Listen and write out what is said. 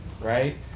right